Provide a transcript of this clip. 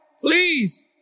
Please